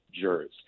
jurors